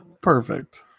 Perfect